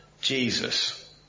Jesus